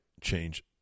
change